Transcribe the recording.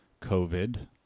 COVID